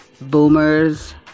boomers